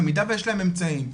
במידה ויש להם אמצעים,